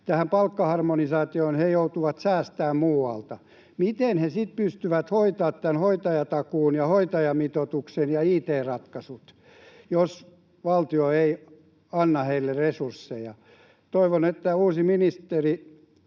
tähän palkkaharmonisaatioon, he joutuvat säästämään muualta. Miten he sitten pystyvät hoitamaan tämän hoitajatakuun ja hoitajamitoituksen ja it-ratkaisut, jos valtio ei anna heille resursseja? Toivon, että uusi ministeri...